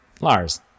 Lars